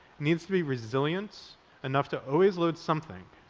needs to be resilient enough to always load something,